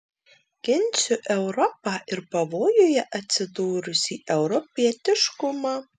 ginsiu europą ir pavojuje atsidūrusį europietiškumą